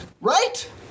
right